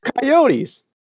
coyotes